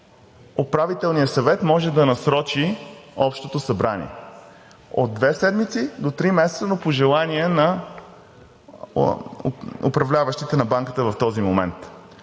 Управителният съвет може да насрочи Общото събрание. От две седмици до три месеца, но по желание на управляващите на банката в този момент.